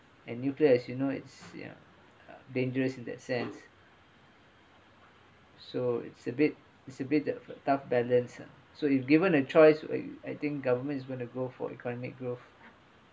and nuclear as you know it's ya uh dangerous in that sense so it's a bit it's a bit that of the tough balance ah so if given a choice I I think government is going to go for economic growth